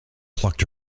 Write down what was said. plucked